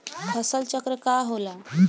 फसल चक्र का होला?